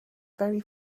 very